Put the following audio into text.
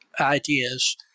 ideas